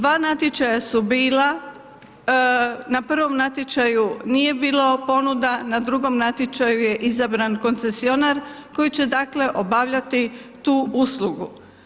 2 natječaja su bila, na prvom natječaju nije bilo ponuda, na drugom natječaju je izabran koncesionar koji će dakle obavljati tu uslugu.